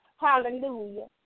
Hallelujah